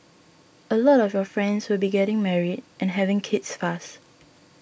a lot of your friends will be getting married and having kids fast